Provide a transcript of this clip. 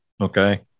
Okay